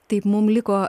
taip mum liko